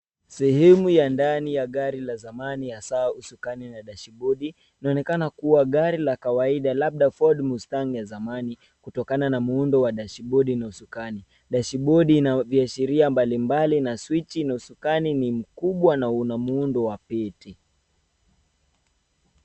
Sehemu ya ndani ya gari la zamani hasaa usukani na dashibodi. Inaonekana kuwa gari la kawaida labda Ford Mustang ya zamani kutokana na muundo wa dashibodi na usukani. Dashibodi ina viashiria mbalimbali na swichi na usukani ni mkubwa na una muundo wa pete.